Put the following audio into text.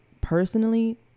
personally